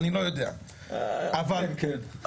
אני לא יודע --- התשובה היא כן.